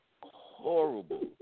Horrible